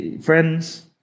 friends